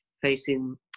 facing